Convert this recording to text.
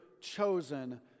chosen